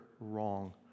wrong